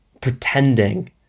pretending